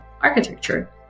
architecture